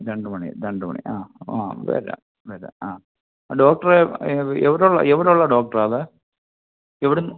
രണ്ട് മണി രണ്ട് മണി ആ ആ വരാം വരാം ആ ഡോക്ടറ് ഇത് എവിടുള്ള എവിടുള്ള ഡോക്ടറാത് എവിടുന്ന്